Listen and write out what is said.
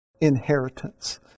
inheritance